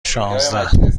شانزده